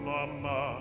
Mama